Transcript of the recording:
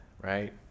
right